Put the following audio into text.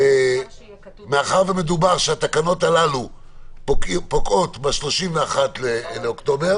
מאחר ומדובר שהתקנות הללו פוקעות ב-31 באוקטובר,